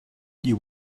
you